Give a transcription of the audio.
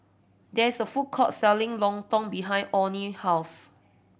there is a food court selling lontong behind Onnie house